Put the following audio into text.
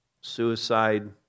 suicide